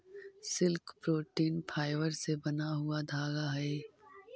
silk protein fibre से बना हुआ धागा हई